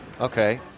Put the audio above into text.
Okay